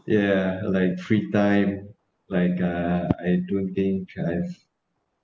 ya like free time like uh I do think I've